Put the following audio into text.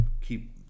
keep